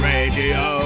Radio